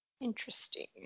Interesting